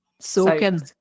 Soaking